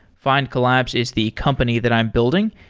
findcollabs is the company that i'm building,